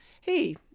hey